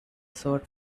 sword